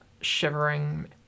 shivering